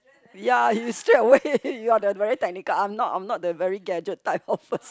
ya he straightaway you're the very technical I'm not I'm not the very gadget type of pers~